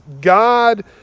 God